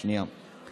ציינתי את זה.